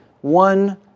one